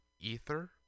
ether